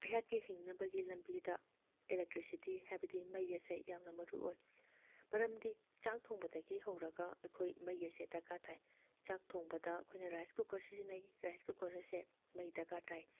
ꯑꯩꯍꯥꯛꯀꯤ ꯍꯤꯡꯅꯕꯒꯤ ꯂꯝꯕꯤꯗ ꯑꯦꯂꯦꯛꯇ꯭ꯔꯤꯁꯤꯇꯤ ꯍꯥꯏꯕꯗꯤ ꯃꯩ ꯑꯁꯦ ꯌꯥꯝꯅ ꯃꯔꯨ ꯑꯣꯏ ꯃꯔꯝꯗꯤ ꯆꯥꯛ ꯊꯣꯡꯕꯗꯒꯤ ꯍꯧꯔꯒ ꯑꯩꯈꯣꯏ ꯃꯩ ꯑꯁꯦ ꯗꯔꯀꯥꯔ ꯇꯥꯏ ꯆꯥꯛ ꯊꯣꯡꯕꯗ ꯑꯩꯈꯣꯏꯅ ꯔꯥꯏꯁ ꯀꯨꯀꯔ ꯁꯤꯖꯤꯟꯅꯩ ꯔꯥꯏꯁ ꯀꯨꯀꯔ ꯑꯁꯦ ꯃꯩ ꯗꯔꯀꯥꯔ ꯇꯥꯏ